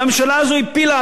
והממשלה הזו הפילה,